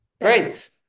Great